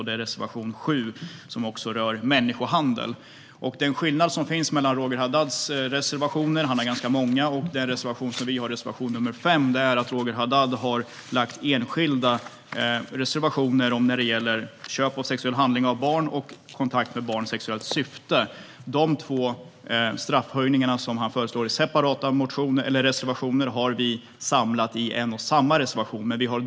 Det är reservation 7, som också rör människohandel. Skillnaden mellan Roger Haddads reservationer - han har ganska många - och den reservation som vi har lämnat, reservation 5, är att Roger Haddad har lämnat enskilda reservationer gällande köp av sexuell handling av barn och kontakt med barn i sexuellt syfte. De två straffhöjningar som han föreslår i separata reservationer har vi samlat i en och samma reservation.